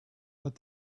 but